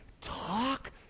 talk